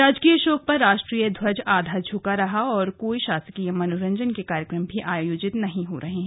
राजकीय शोक पर राष्ट्रीय ध्वज आधा झुका रहेगा और कोई शासकीय मनोरंजन के कार्यक्रम आयोजित नहीं होंगे